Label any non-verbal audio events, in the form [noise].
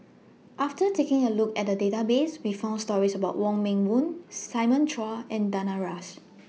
after taking A Look At The Database We found stories about Wong Meng Voon Simon Chua and Danaraj [noise]